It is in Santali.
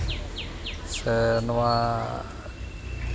ᱥᱮ ᱱᱚᱣᱟ